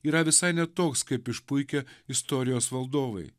yra visai ne toks kaip išpuikę istorijos valdovai